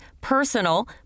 personal